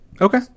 Okay